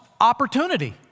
opportunity